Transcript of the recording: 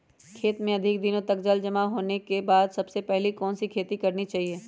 खेत में अधिक दिनों तक जल जमाओ होने के बाद सबसे पहली कौन सी खेती करनी चाहिए?